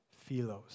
Philos